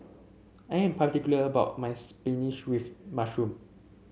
I am particular about my spinach with mushroom